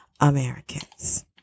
Americans